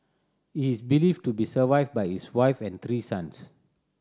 he is believed to be survived by his wife and three sons